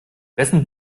wessen